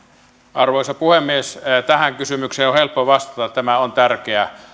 arvoisa puhemies tähän kysymykseen on helppo vastata tämä on tärkeä